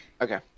Okay